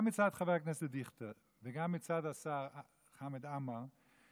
גם מצד חבר הכנסת דיכטר וגם מצד השר חמד עמאר,